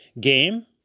game